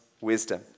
wisdom